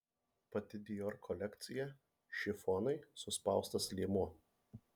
pati dior kolekcija šifonai suspaustas liemuo